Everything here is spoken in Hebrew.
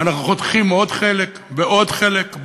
ואנחנו חותכים עוד חלק ועוד חלק.